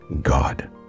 God